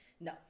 No